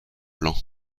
lent